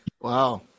Wow